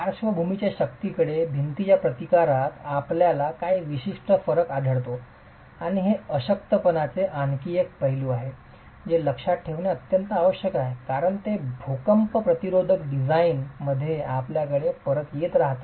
पार्श्वभूमीच्या शक्तींकडे भिंतीच्या प्रतिकारात आपल्याला काही विशिष्ट फरक आढळतो आणि हे अशक्तपणाचे आणखी एक पैलू आहे जे लक्षात ठेवणे आवश्यक आहे कारण ते भूकंप प्रतिरोधक डिझाइन मध्ये आपल्याकडे परत येत राहते